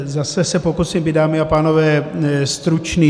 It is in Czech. Zase se pokusím být, dámy a pánové, stručný.